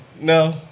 no